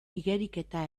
igeriketa